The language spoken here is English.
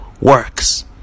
works